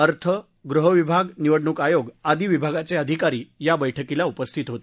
अर्थ गृहविभाग निवडणूक आयोग आदी विभागाचे अधिकारी या बैठकीला उपस्थित होते